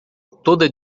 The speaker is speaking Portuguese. toda